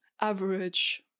average